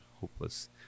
hopeless